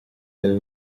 nel